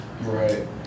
Right